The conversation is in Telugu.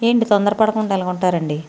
ఏంటి తొందరపడకుండా ఎలాగ ఉంటారండి